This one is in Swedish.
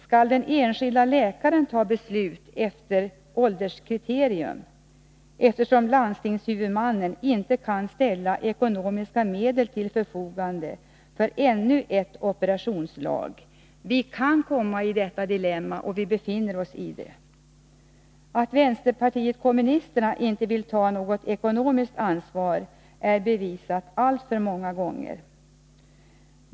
Skall den enskilde läkaren ta beslut efter ålderskriterium, eftersom landstingshuvudmannen inte kan ställa ekonomiska medel till förfogande för ännu ett operationslag? Vi kan komma i detta dilemma, där vi nära nog befinner oss. Att vänsterpartiet kommunisterna inte vill ta något ekonomiskt ansvar är bevisat alltför många gånger.